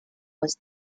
was